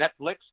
Netflix